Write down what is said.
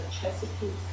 Chesapeake